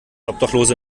obdachlose